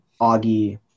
Augie